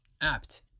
apt